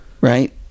right